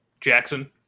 Jackson